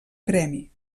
premi